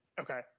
Okay